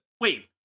Wait